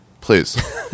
please